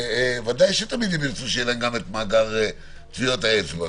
ודאי שתמיד ירצו שיהיה להם גם מאגר טביעות האצבע.